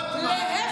להפך.